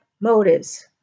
motives